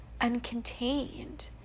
uncontained